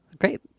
Great